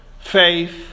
faith